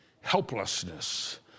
helplessness